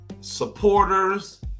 supporters